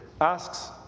asks